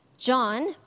John